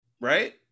right